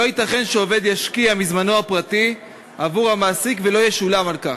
לא ייתכן שעובד ישקיע מזמנו הפרטי עבור המעסיק ולא ישולם לו על כך.